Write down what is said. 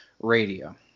radio